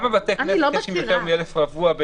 250 זה 1,000 מטר רבוע.